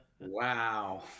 Wow